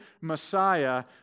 Messiah